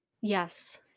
Yes